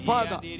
Father